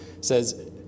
says